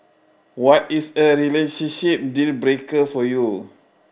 what is a relationship deal breaker for you